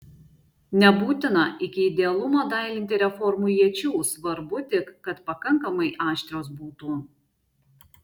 nebūtina iki idealumo dailinti reformų iečių svarbu tik kad pakankamai aštrios būtų